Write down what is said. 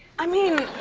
i mean,